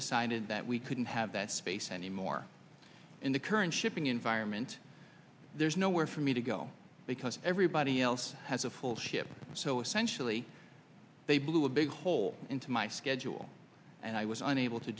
decided that we couldn't have that space anymore in the current shipping environment there's nowhere for me to go because everybody else has a full ship so essentially they blew a big hole into my edgell and i was unable to